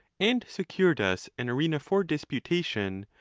and secured us an arena, for disputation,